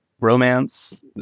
romance